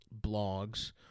blogs